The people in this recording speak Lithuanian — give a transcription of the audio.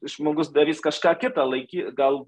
žmogus darys kažką kitą laikyti gal